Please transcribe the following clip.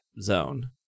zone